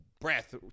breath